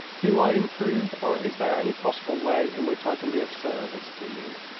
do i intrude, or is there any possible way in which i can be of service to you?